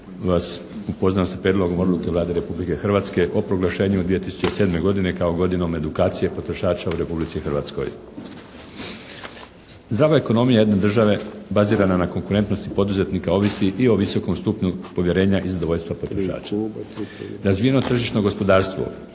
upoznam sa Prijedlogom odluke Vlade Republike Hrvatske o proglašenju 2007. godine kao "godinom edukacije potrošača u Republici Hrvatskoj". Zdrava ekonomija jedne države bazirana na konkurentnosti poduzetnika ovisi i o visokom stupnju povjerenja i zadovoljstva potrošača. Razvijeno tržišno gospodarstvo